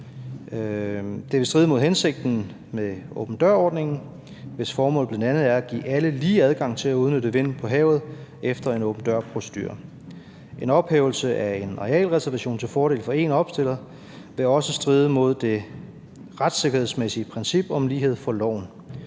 Det vil stride imod hensigten med åben dør-ordningen, hvis formål bl.a. er at give alle lige adgang til at udnytte vinden på havet efter en åben dør-procedure. En ophævelse af en arealreservation til fordel for én opstiller vil også stride imod det retssikkerhedsmæssige princip om lighed for loven.